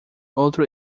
outro